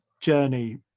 journey